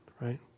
right